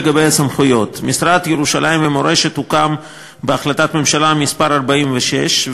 לגבי הסמכויות: המשרד לירושלים ומורשת הוקם בהחלטת ממשלה מס' 46,